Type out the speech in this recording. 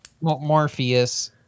Morpheus